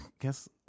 guess